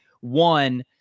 one –